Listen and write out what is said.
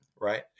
Right